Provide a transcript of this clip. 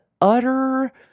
utter